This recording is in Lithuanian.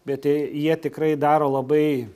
bet tai jie tikrai daro labai